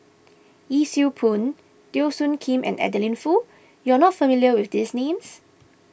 Yee Siew Pun Teo Soon Kim and Adeline Foo you are not familiar with these names